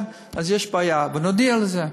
יש בעיה, ונודיע על זה.